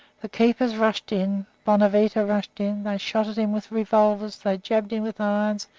the keepers rushed in bonavita rushed in. they shot at him with revolvers, they jabbed him with irons,